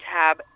tab